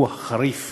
והוויכוח החריף